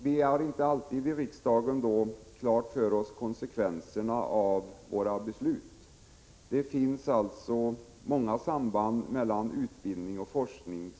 Vi har inte alltid i riksdagen klart för oss vilka konsekvenserna blir av våra beslut. Det finns alltså många mycket väsentliga samband mellan utbildning och forskning.